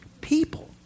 People